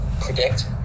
predict